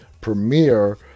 premiere